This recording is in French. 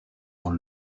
dans